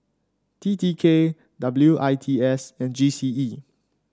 T T K W I T S and G C E